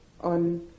on